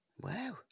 Wow